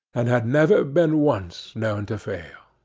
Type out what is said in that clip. and had never been once known to fail.